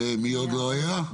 מי עוד לא היה?